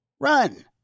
run